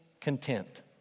content